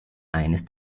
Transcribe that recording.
eines